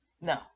No